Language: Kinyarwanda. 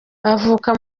avuka